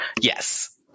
Yes